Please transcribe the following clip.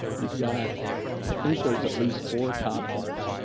you've got i think there's at least four cop cars,